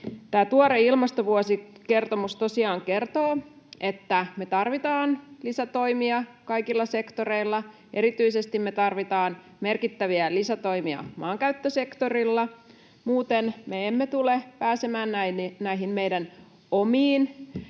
Tuore ilmastovuosikertomus tosiaan kertoo, että me tarvitaan lisätoimia kaikilla sektoreilla, erityisesti me tarvitaan merkittäviä lisätoimia maankäyttösektorilla, muuten me emme tule pääsemään näihin meidän omiin